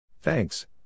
Thanks